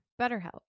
BetterHelp